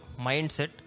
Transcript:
mindset